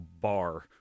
bar